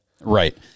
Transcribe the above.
Right